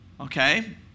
Okay